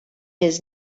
his